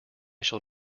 shall